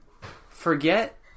forget